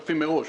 משתתפים מראש.